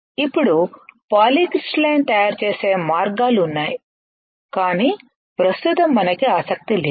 ఇప్పుడు పాలీక్రిస్టలైన్ తయారుచేసే మార్గాలు ఉన్నాయి కానీ ప్రస్తుతం మనకి ఆసక్తి లేదు